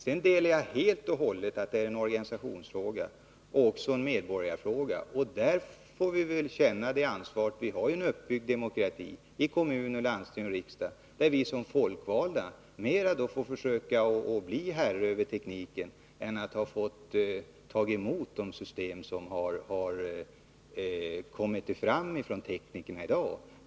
Jag delar helt och hållet Kerstin Anérs uppfattning att detta är en organisationsfråga men också en medborgarfråga. Där får vi känna det ansvar vi har i en uppbyggd demokrati, i kommuner, landsting och riksdagen, där vi som folkvalda får försöka få mer inflytande över tekniken än vad som är fallet i dag när vi bara tar emot de system som teknikerna skapat.